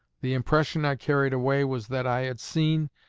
the impression i carried away was that i had seen,